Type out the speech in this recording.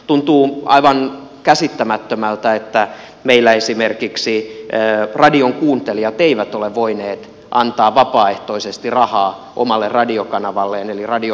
tuntuu aivan käsittämättömältä että meillä esimerkiksi radionkuuntelijat eivät ole voineet antaa vapaaehtoisesti rahaa omalle radiokanavalleen eli radio helsingille